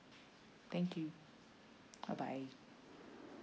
thank you bye bye